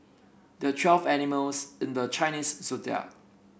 there are twelve animals in the Chinese Zodiac